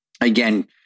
again